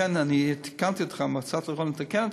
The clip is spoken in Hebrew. לכן עדכנתי אותך, מצאתי לנכון לתקן אותך,